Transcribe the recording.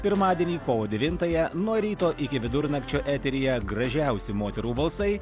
pirmadienį kovo devintąją nuo ryto iki vidurnakčio eteryje gražiausi moterų balsai